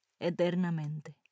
eternamente